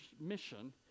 mission